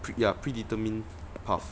ya predetermined path